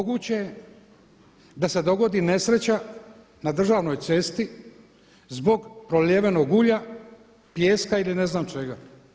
Moguće je da se dogodi nesreća na državnoj cesti zbog prolivenog ulja, pijeska ili ne znam čega.